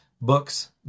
books